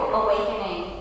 awakening